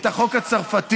את החוק הצרפתי.